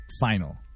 final